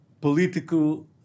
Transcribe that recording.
political